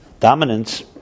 Dominance